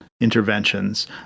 interventions